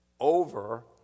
over